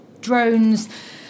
drones